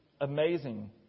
amazing